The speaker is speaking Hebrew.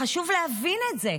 חשוב להבין את זה,